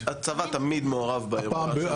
הצבא תמיד מעורב